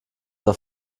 auf